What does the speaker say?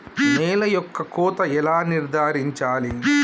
నేల యొక్క కోత ఎలా నిర్ధారించాలి?